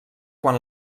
quan